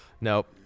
Nope